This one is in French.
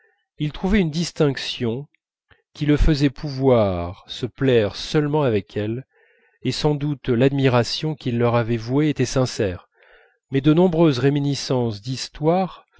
il trouvait une distinction qui le faisait pouvoir se plaire seulement avec elles et sans doute l'admiration qu'il leur avait vouée était sincère mais de nombreuses réminiscences d'histoire